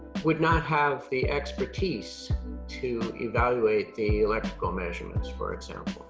would not have the expertise to evaluate the electrical measurements for example,